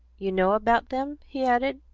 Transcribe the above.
you know about them? he added,